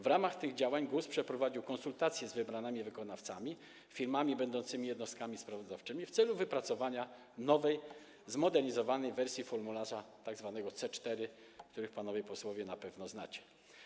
W ramach tych działań GUS przeprowadził konsultacje z wybranymi wykonawcami, firmami będącymi jednostkami sprawozdawczymi w celu wypracowania nowej, zmodernizowanej wersji tzw. formularza C4, który panowie posłowie na pewno znacie.